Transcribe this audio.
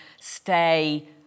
stay